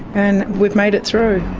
and we've made it through.